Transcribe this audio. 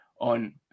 on